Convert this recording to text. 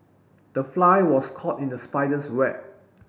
the fly was caught in the spider's web